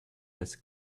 has